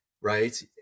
right